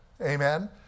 Amen